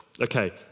Okay